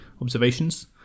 observations